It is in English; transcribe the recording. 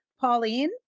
Pauline